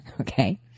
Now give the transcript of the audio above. Okay